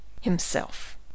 Himself